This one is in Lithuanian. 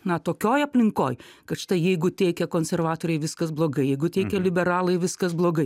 na tokioj aplinkoj kad štai jeigu teikia konservatoriai viskas blogai jeigu teikia liberalai viskas blogai